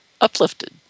uplifted